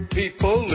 people